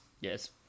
Yes